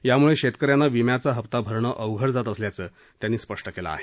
यामुळे शेतक यांना विम्याचा हप्ता भरणं अवघड जात असल्याचं त्यांनी सांगितलं आहे